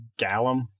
Gallum